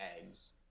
eggs